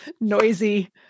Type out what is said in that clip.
noisy